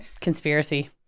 conspiracy